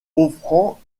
offrant